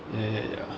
ya ya ya